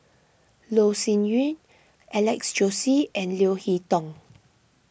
Loh Sin Yun Alex Josey and Leo Hee Tong